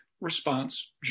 response